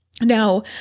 Now